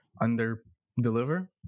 under-deliver